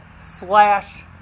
slash